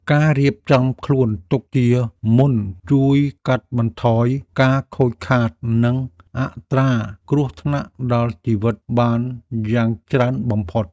ការរៀបចំខ្លួនទុកជាមុនជួយកាត់បន្ថយការខូចខាតនិងអត្រាគ្រោះថ្នាក់ដល់ជីវិតបានយ៉ាងច្រើនបំផុត។